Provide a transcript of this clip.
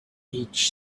each